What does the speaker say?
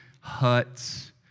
huts